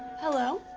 hello?